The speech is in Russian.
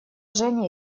женя